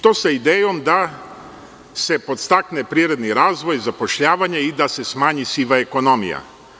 To sve sa idejom da se podstakne privredni razvoj, zapošljavanje i da se smanji siva ekonomija.